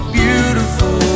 beautiful